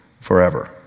forever